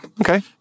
Okay